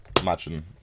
Imagine